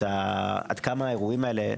עד כמה האירועים האלה,